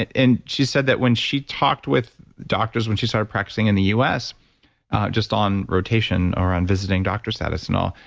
and and she said that when she talked with doctors when she started practicing in the us just on rotation or on visiting doctor status and all,